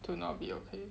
to not be okay